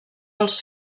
els